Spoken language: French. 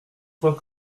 crois